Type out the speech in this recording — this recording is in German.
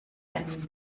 einen